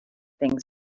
things